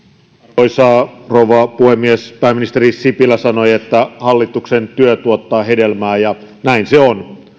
arvoisa rouva puhemies pääministeri sipilä sanoi että hallituksen työ tuottaa hedelmää ja näin se on